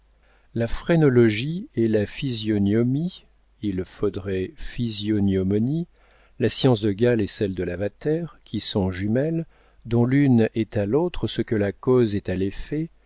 la phrénologie et la physiognomie la science de gall et celle de lavater qui sont jumelles dont l'une est à l'autre ce que la cause est à l'effet